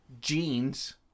jeans